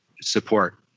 support